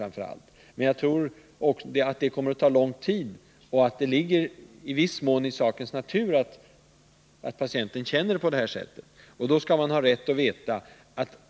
Men jag tror att det kommer att ta lång tid och att det i viss mån ligger i sakens natur att patienten känner på detta sätt.